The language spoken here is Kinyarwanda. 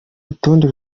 rutonde